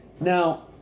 Now